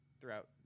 throughout